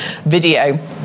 video